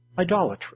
Idolatry